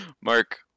Mark